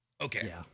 Okay